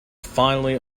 finally